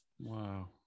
Wow